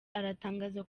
aratangaza